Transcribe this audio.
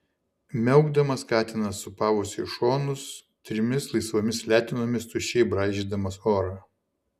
miaukdamas katinas sūpavosi į šonus trimis laisvomis letenomis tuščiai braižydamas orą